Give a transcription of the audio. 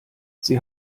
sie